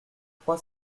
trois